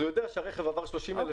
הרוכש יודע שהרכב עבר 30,000